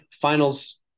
finals